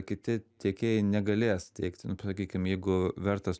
kiti tiekėjai negalės tiekti nu sakykim jeigu vertas